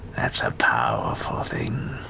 that's a powerful thing.